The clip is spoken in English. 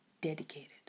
dedicated